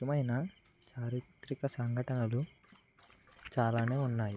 ముఖ్యమైన చారిత్రక సంఘటనలు చాలానే ఉన్నాయి